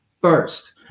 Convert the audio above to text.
first